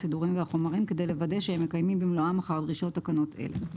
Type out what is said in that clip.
הסידורים והחומרים כדי לוודא שהם מקיימים במלואם אחר דרישות תקנות אלה.